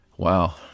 Wow